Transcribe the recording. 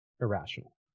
irrational